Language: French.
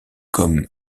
comme